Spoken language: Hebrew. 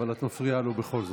אבל את מפריעה לו בכל זאת.